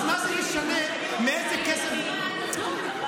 אז מה זה משנה מאיזה כסף, אם יושרה, עד הסוף.